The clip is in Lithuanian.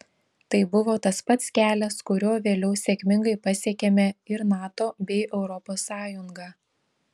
tai buvo tas pats kelias kuriuo vėliau sėkmingai pasiekėme ir nato bei europos sąjungą